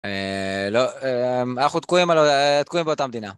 אנחנו תקועים באותה מדינה.